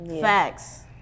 Facts